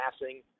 passing